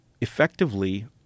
effectively